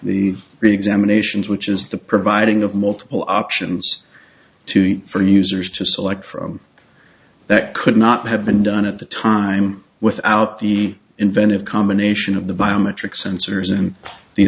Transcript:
the examinations which is the providing of multiple options to for users to select from that could not have been done at the time without the inventive combination of the biometric sensors and the